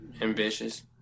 ambitious